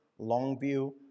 Longview